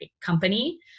company